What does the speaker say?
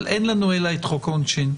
אבל אין לנו אלא את חוק העונשין.